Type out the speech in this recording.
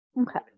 Okay